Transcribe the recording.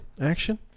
action